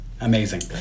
Amazing